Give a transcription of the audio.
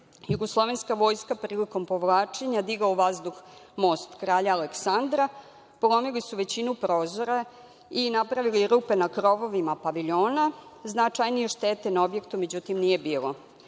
jugoslovenska vojska prilikom povlačenja digla u vazduh most Kralja Aleksandra, polomili su većinu prozora i napravili rupe na krovovima paviljona. Značajnije štete na objektima, međutim, nije